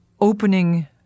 opening